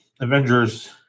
Avengers